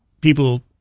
people